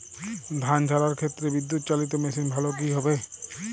ধান ঝারার ক্ষেত্রে বিদুৎচালীত মেশিন ভালো কি হবে?